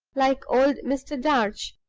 like old mr. darch.